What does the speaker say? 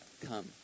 Come